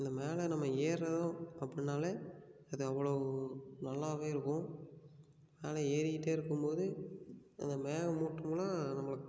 இந்த மேலே நம்ம ஏறணும் அப்டின்னாலே அது அவ்ளோவு நல்லாவே இருக்கும் அதுனால ஏறிக்கிட்டே இருக்கும்போது அந்த மேகமூட்டம்லாம் நம்மளை